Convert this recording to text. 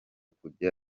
kujya